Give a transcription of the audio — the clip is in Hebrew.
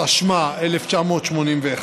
התשמ"א 1981,